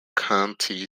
county